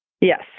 Yes